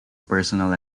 personal